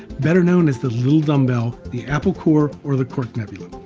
better known as the little dumbbell, the apple core, or the cork nebula.